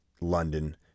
London